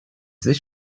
this